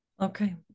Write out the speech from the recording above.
Okay